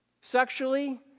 Sexually